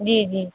جی جی